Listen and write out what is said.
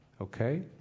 okay